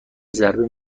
ضربه